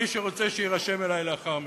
ומי שרוצה, שיירשם אצלי לאחר מכן,